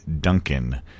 Duncan